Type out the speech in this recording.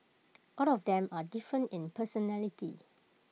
all of them are different in personality